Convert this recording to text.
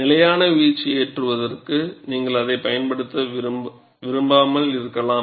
நிலையான வீச்சு ஏற்றுவதற்கு நீங்கள் அதைப் பயன்படுத்த விரும்பாமல் இருக்கலாம்